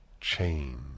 Change